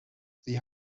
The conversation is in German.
sie